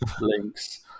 links